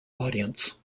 audience